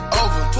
over